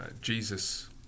Jesus